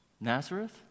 Nazareth